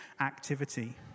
activity